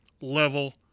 level